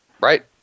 Right